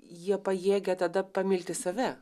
jie pajėgia tada pamilti save